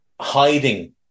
hiding